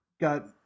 got